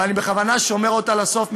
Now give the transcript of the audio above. ואני בכוונה שומר אותה לסוף,